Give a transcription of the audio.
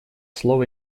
слово